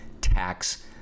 tax